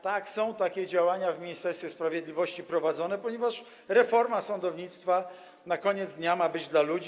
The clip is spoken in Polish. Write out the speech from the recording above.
Tak, są takie działania w Ministerstwie Sprawiedliwości prowadzone, ponieważ reforma sądownictwa na koniec dnia ma być dla ludzi.